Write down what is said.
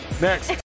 Next